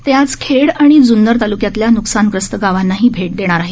ते आज खेड आणि जून्नर तालुक्यातल्या नुकसानग्रस्त गावांनाही भेट देणार आहेत